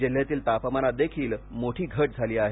जिल्ह्यातील तापमानात देखील मोठी घट झाली आहे